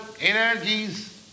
energies